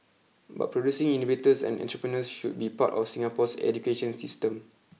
but producing innovators and entrepreneurs should be part of Singapore's education system